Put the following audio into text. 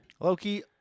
Loki